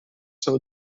seu